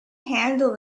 handle